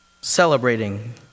Celebrating